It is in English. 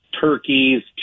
turkeys